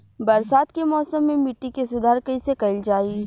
बरसात के मौसम में मिट्टी के सुधार कइसे कइल जाई?